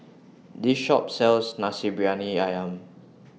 This Shop sells Nasi Briyani Ayam